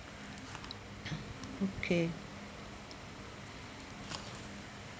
okay